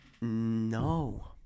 no